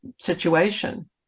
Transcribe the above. situation